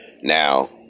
now